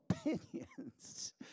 opinions